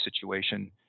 situation